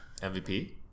mvp